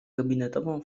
gabinetową